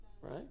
right